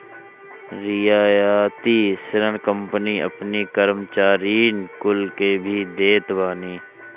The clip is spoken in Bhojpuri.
रियायती ऋण कंपनी अपनी कर्मचारीन कुल के भी देत बानी